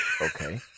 Okay